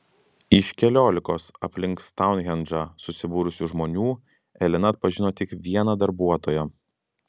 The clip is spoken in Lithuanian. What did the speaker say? iš keliolikos aplink stounhendžą susibūrusių žmonių elena atpažino tik vieną darbuotoją